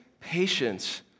patience